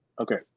Okay